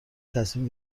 تصمیم